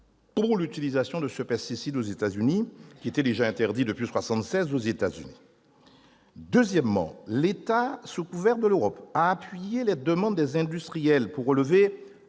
pour l'utilisation de ce pesticide, déjà interdit depuis 1976 aux États-Unis. Deuxièmement, l'État, sous couvert de l'Europe, a appuyé la demande des industriels pour relever